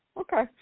Okay